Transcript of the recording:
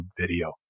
video